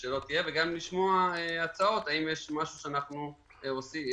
נשמח לשמוע אם יש משהו שאנחנו יכולים